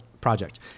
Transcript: project